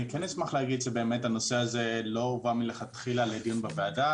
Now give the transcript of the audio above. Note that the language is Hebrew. אני כן אשמח להגיד שבאמת הנושא הזה לא הובא מלכתחילה לדיון בוועדה.